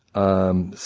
and